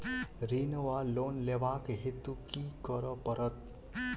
ऋण वा लोन लेबाक हेतु की करऽ पड़त?